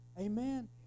Amen